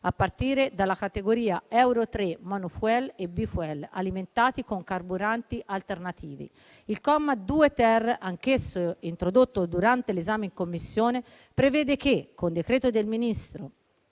a partire dalla categoria euro 3 *monofuel* e *bifuel* alimentati con carburanti alternativi. Il comma 2-*ter*, anch'esso introdotto durante l'esame in Commissione, prevede che, con decreto del Ministro